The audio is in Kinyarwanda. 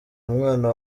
umwana